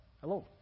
hello